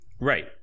right